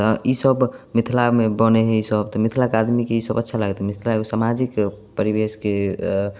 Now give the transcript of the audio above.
तऽ ई सभ मिथिलामे बनय हइ ई सभ तऽ मिथिलाके आदमीके ई सभ अच्छा लागय हइ तऽ मिथिलाके सामाजिक परिवेशके